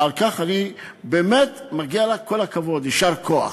ועל כך באמת מגיע לה כל הכבוד, יישר כוח.